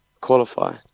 qualify